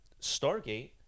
Stargate